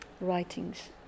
writings